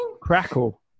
Crackle